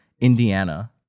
Indiana